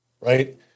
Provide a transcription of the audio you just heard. right